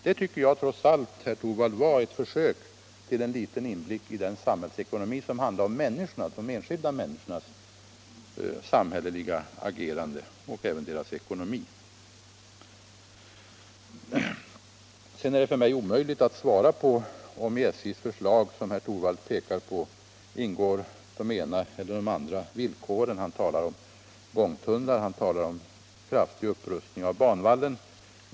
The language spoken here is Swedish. Det tycker jag trots allt, herr Torwald, var ett litet försök till inblick i den samhällsekonomi som handlar om de enskilda människornas samhälleliga agerande och även deras ekonomi. Det är för mig omöjligt att svara på om SJ:s förslag bygger på den ena eller andra förutsättningen, som herr Torwald talade om. Herr Torwald nämnde gångtunnlar, en kraftig upprustning av banvallen osv.